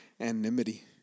anonymity